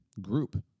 group